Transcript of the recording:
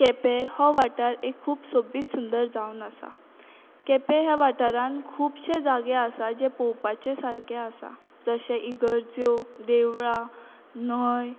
केपें हो वाठार एक खूब सोबीत सुंदर जावन आसा केपें ह्या वाठारांत खुबशे जागे आसात जे पोवपाचे सारके आसा जशें इगर्ज्यो देवळां न्हंय